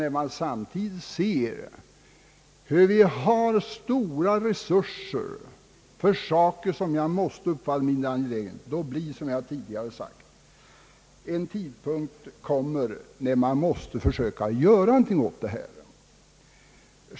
När vi nu ser vilka stora resurser som tas i anspråk för ändamål som kan anses mindre angelägna har, som jag tidigare sade, tidpunkten kommit när man måste försöka göra någonting åt det problem som vi här aktualiserat.